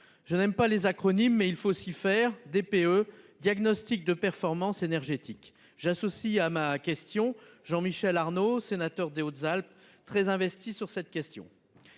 Je n'aime pas les acronymes mais il faut s'y faire DPE diagnostic de performance énergétique j'associe à ma question. Jean Michel Arnaud sénateur des Hautes-Alpes très investi sur cette question.